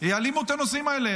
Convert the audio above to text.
יעלימו את הנושאים האלה.